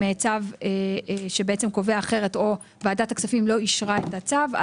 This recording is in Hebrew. צו שבעצם קובע אחרת או ועדת הכספים לא אישרה את הצו,